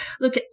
look